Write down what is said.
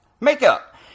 makeup